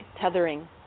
tethering